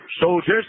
soldiers